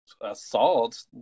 assault